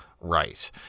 Right